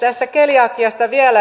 tästä keliakiasta vielä